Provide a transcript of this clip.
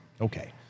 Okay